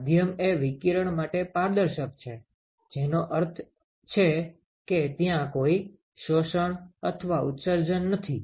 માધ્યમ એ વિકિરણ માટે પારદર્શક છે જેનો અર્થ છે કે ત્યાં કોઈ શોષણ અથવા ઉત્સર્જન નથી